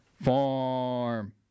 farm